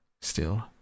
Still